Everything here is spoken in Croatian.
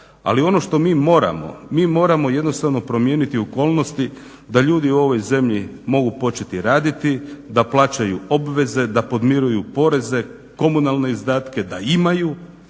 ali ono što mi moramo, mi moramo jednostavno promijeniti okolnosti da ljudi u ovoj zemlji mogu početi raditi, da plaćaju obveze, da podmiruju poreze, komunalne izdatke da imaju